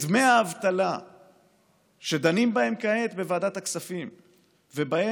את דמי האבטלה שדנים בהם כעת בוועדת הכספים ובהם,